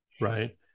right